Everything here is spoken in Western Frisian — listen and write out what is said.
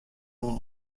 oan